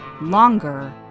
longer